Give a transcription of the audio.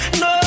no